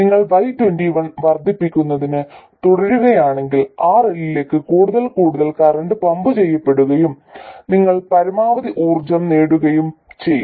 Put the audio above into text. നിങ്ങൾ y21 വർദ്ധിപ്പിക്കുന്നത് തുടരുകയാണെങ്കിൽ RL ലേക്ക് കൂടുതൽ കൂടുതൽ കറന്റ് പമ്പ് ചെയ്യപ്പെടുകയും നിങ്ങൾ പരമാവധി ഊർജ്ജം നേടുകയും ചെയ്യും